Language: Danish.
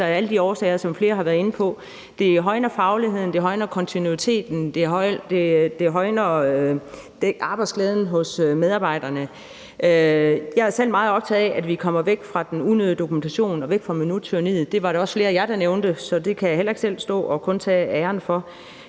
alle de årsager, som flere har været inde på. Det højner fagligheden, det styrker kontinuiteten, og det øger arbejdsglæden hos medarbejderne. Jeg er selv meget optaget af, at vi kommer væk fra den unødige dokumentation og væk fra minuttyranniet. Det var der også flere af jer der nævnte, så det kan jeg heller ikke stå og tage æren for